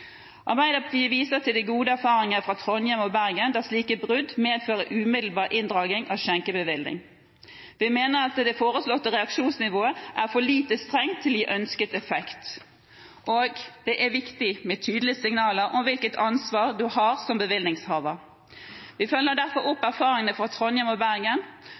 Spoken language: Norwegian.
Arbeiderpartiet viser til de gode erfaringene fra Trondheim og Bergen, der slike brudd medfører umiddelbar inndragning av skjenkebevilling. Vi mener det foreslåtte reaksjonsnivået er for lite strengt til å gi ønsket effekt, og det er viktig med tydelige signaler om hvilket ansvar man har som bevillingshaver. Vi følger derfor opp erfaringene fra Trondheim og Bergen